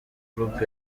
group